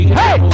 hey